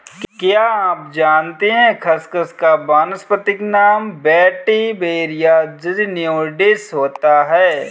क्या आप जानते है खसखस का वानस्पतिक नाम वेटिवेरिया ज़िज़नियोइडिस होता है?